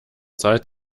zahlt